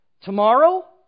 Tomorrow